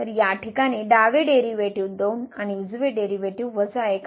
तर या प्रकरणात डावे डेरीवेटीव 2 आणि उजवे डेरीवेटीव 1 आहे